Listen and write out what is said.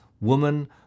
woman